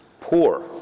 poor